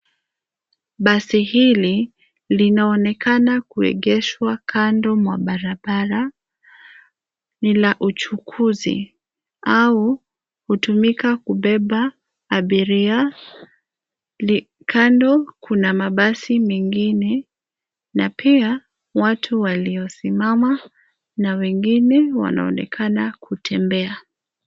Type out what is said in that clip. Basi hili linaonekana kuegeshwa kando mwa barabara. Ni la uchukuzi au hutumika kubeba abiria. Kando kuna mabasi mengine na pia watu waliosimama na wengine wanaonekana kutembea.